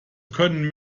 können